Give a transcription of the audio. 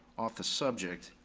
off the subject.